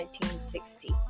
1960